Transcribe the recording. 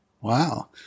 Wow